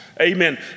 amen